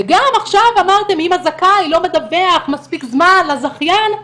וגם עכשיו אמרתם אם הזכאי לא מדווח מספיק זמן לזכיין,